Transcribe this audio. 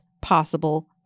possible